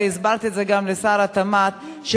והסברתי את זה גם לשר התמ"ת,